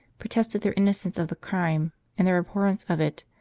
protested their innocence of the crime and their abhorrence of it,